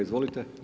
Izvolite.